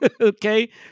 Okay